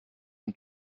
und